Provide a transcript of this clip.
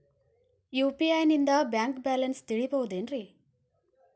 UPI ನಿಂದ bank balance ತಿಳಿಬಹುದೇನ್ರಿ?